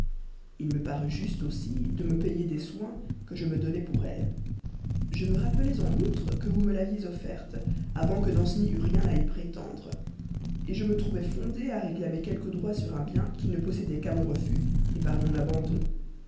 il me parut juste aussi de me payer des soins que je me donnais pour elle je me rappelais en outre que vous me l'aviez offerte avant que danceny eût rien à y prétendre je me trouvais fondé à réclamer quelques droits sur un bien qu'il ne possédait qu'à mon refus par mon abandon